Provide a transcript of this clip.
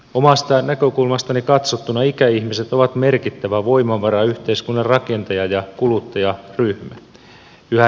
omasta näkökulmastani katsottuna ikäihmiset ovat merkittävä voimavara yhteiskunnan rakentaja ja kuluttajaryhmä